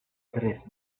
drift